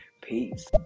Peace